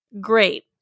great